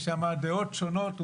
יש שם דעות שונות.